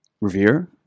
revere